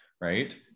right